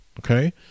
okay